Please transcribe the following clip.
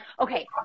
okay